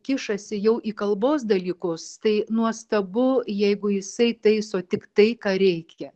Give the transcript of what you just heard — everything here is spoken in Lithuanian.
kišasi jau į kalbos dalykus tai nuostabu jeigu jisai taiso tik tai ką reikia